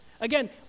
Again